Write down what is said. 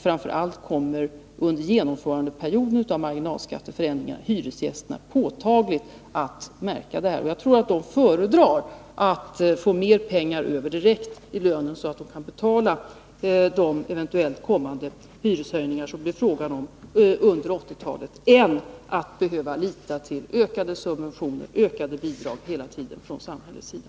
Framför allt kommer under genomförandeperioden hyresgästerna att påtagligt märka detta. Jag tror att hyresgästerna föredrar att få mer pengar över direkt av lönen, så att de kan betala de eventuellt kommande prishöjningar som det kan bli fråga om under 1980-talet, än att behöva lita till ständigt ökade subventioner och ökade bidrag från samhällets sida.